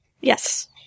Yes